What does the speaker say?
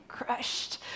crushed